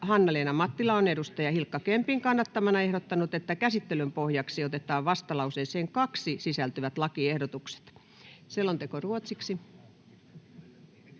Hanna-Leena Mattila on Hilkka Kempin kannattamana ehdottanut, että käsittelyn pohjaksi otetaan vastalauseeseen 2 sisältyvät lakiehdotukset. Toiseen käsittelyyn